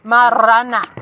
Marana